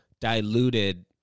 diluted